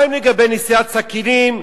מה לגבי נשיאת סכינים,